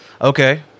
Okay